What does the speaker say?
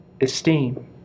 esteem